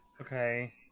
Okay